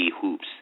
Hoops